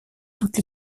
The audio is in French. toutes